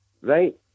right